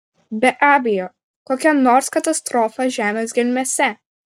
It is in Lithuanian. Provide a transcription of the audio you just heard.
be abejo kokia nors katastrofa žemės gelmėse